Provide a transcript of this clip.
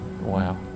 Wow